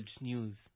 news